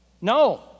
No